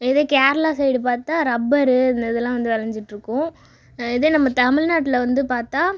இதே கேரளா சைடு பார்த்தா ரப்பரு இதெல்லாம் வந்து விளஞ்சிட்டு இருக்கும் இதே நம்ம தமிழ்நாட்டில் வந்து பார்த்தா